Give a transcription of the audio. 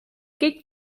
gig